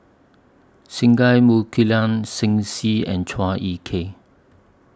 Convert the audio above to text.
Singai Mukilan Shen Xi and Chua Ek Kay